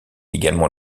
également